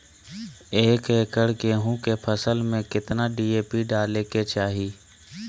एक एकड़ गेहूं के फसल में कितना डी.ए.पी डाले के चाहि?